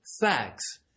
facts